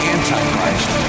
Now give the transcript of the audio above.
Antichrist